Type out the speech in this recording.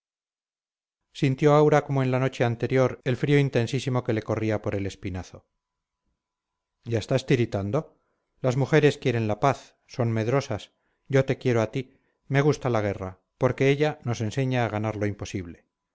sintió aura como en noche anterior el frío intensísimo que le corría por el espinazo ya estás tiritando las mujeres quieren la paz son medrosas yo te quiero a ti me gusta la guerra porque ella nos enseña a ganar lo imposible